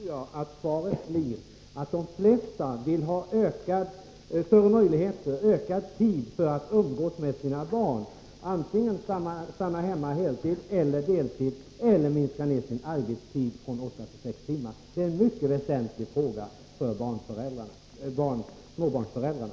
Fru talman! Om Aina Westin går ut och frågar småbarnsföräldrar hur de vill ha barnomsorgen ordnad, tror jag att de flesta svarar henne att de vill ha mer tid för att umgås med sina barn. De vill stanna hemma på heltid, på halvtid eller minska sin arbetstid från åtta till sex timmar. Detta är något mycket väsentligt för småbarnsföräldrarna.